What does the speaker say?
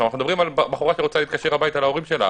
אנחנו מדברים על בחורה שרוצה להתקשר הביתה להורים שלה,